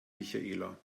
michaela